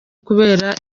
kubera